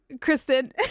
Kristen